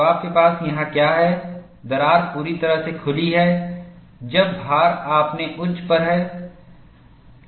तो आपके पास यहां क्या है दरार पूरी तरह से खुली है जब भार अपने उच्च पर है